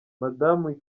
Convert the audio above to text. madamu